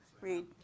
Read